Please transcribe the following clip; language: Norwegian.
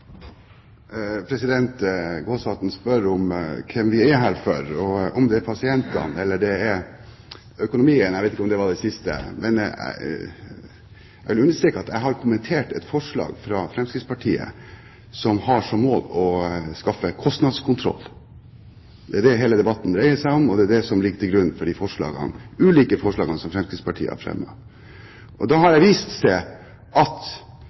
her for – om det er for pasientene, eller om det er for økonomien. Jeg vil understreke at jeg har kommentert et forslag fra Fremskrittspartiet som har som mål å skaffe kostnadskontroll. Dét er det hele debatten dreier seg om, og det er det som ligger til grunn for de ulike forslagene Fremskrittspartiet har fremmet. Da har det vist seg at